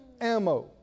ammo